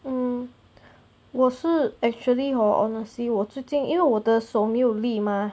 mm 我是 actually hor honestly 我最近因为我的手没有力 mah